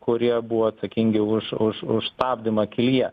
kurie buvo atsakingi už už už stabdymą kelyje